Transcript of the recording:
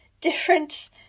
different